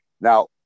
Now